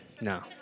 No